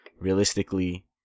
realistically